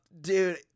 Dude